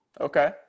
Okay